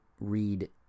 read